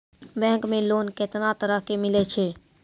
Bank मे loan कैतना तरह के मिलै छै?